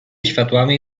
światłami